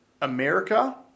America